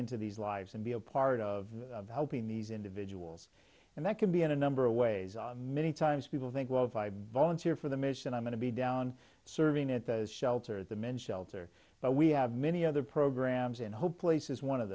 into these lives and be a part of helping these individuals and that can be in a number of ways many times people think well if i volunteer for the mission i'm going to be down serving at the shelter at the men shelter but we have many other programs in whole place is one of